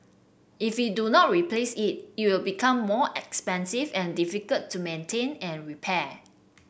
if we do not replace it it will become more expensive and difficult to maintain and repair